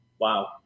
Wow